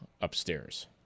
upstairs